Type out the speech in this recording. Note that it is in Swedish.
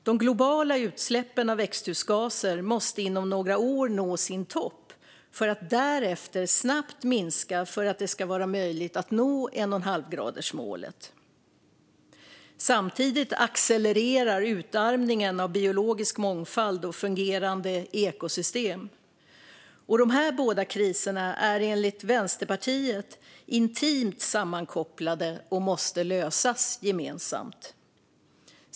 De globala utsläppen av växthusgaser måste inom några år nå sin topp för att därefter snabbt minska för att det ska vara möjligt att nå 1,5-gradersmålet. Samtidigt accelererar utarmningen av biologisk mångfald och fungerande ekosystem. Dessa båda kriser är enligt Vänsterpartiet intimt sammankopplade och måste lösas gemensamt.